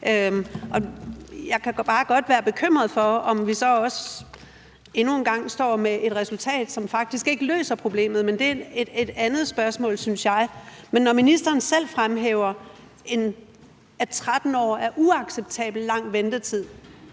Jeg kan bare godt være bekymret for, om vi så også endnu en gang står med et resultat, som faktisk ikke løser problemet, men det er et andet spørgsmål, synes jeg. Når ministeren selv fremhæver, at 13 års ventetid er uacceptabelt lang tid,